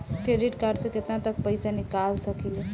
Credit card से केतना तक पइसा निकाल सकिले?